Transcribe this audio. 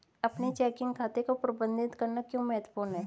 अपने चेकिंग खाते को प्रबंधित करना क्यों महत्वपूर्ण है?